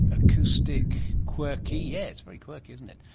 acoustic, quirky. yes, it's very quirky, isn't it.